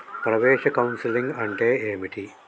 ప్రవేశ కౌన్సెలింగ్ అంటే ఏమిటి?